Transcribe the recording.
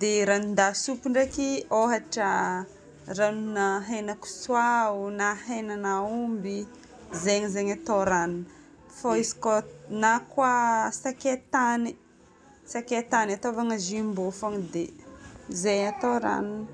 Dia ranon-dasopy ndraiky ôhatra ranona henan-kisoa aroana henan'aomby. Zegny zegny atao ranony. Fô izy ko- na koa sakay tany, sakay tany ataovagna jumbo fôgna dia izay atao ranony.